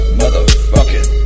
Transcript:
motherfucking